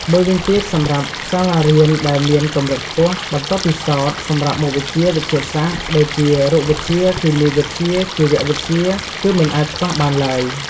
មួយវិញទៀតសម្រាប់សាលារៀនដែលមានកម្រិតខ្ពស់ បន្ទប់ពិសោធន៍ សម្រាប់មុខវិជ្ជាវិទ្យាសាស្ត្រ ដូចជា រូបវិទ្យា គីមីវិទ្យា ជីវវិទ្យា គឺមិនអាចខ្វះបានឡើយ។